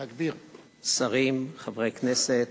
שרים, חברי הכנסת,